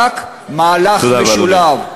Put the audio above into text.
רק מהלך משולב,